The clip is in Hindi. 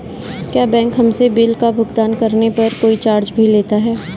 क्या बैंक हमसे बिल का भुगतान करने पर कोई चार्ज भी लेता है?